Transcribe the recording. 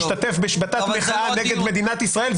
אם אני מפטר אדם שמשתתף במחאה נגד מדינת ישראל,